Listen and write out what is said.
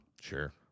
Sure